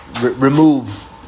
remove